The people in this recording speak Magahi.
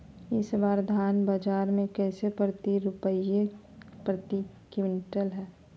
इस बार धान बाजार मे कैसे रुपए प्रति क्विंटल है?